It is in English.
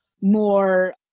more